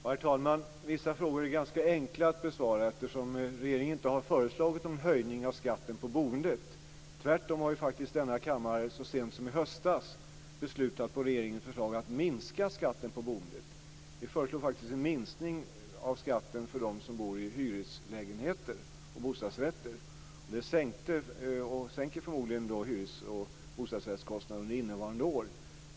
Herr talman! Vissa frågor är ganska enkla att besvara, eftersom regeringen inte har föreslagit någon höjning av skatten på boendet. Tvärtom har ju faktiskt denna kammare så sent som i höstas på regeringens förslag beslutat att minska skatten på boendet. Vi föreslår faktiskt en minskning av skatten för dem som bor i hyreslägenheter och bostadsrätter. Det sänker förmodligen boendekostnaderna under innevarande år.